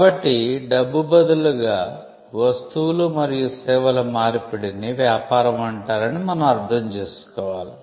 కాబట్టి డబ్బు బదులుగా 'వస్తువులు మరియు సేవల మార్పిడి' ని వ్యాపారం అంటారని మనం అర్థం చేసుకోవాలి